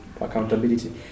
accountability